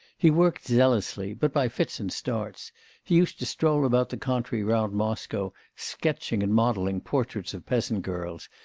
he worked zealously, but by fits and starts he used to stroll about the country round moscow sketching and modelling portraits of peasant girls,